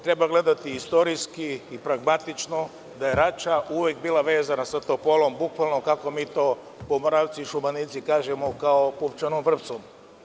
Treba gledati istorijski i pragmatično, da je Rača uvek bila vezana sa Topolom, bukvalno, kako mi to Pomoravci i Šumadinci kažemo, kao pupčanom vrpcom.